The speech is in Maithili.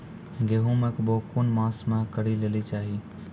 गेहूँमक बौग कून मांस मअ करै लेली चाही?